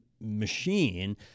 machine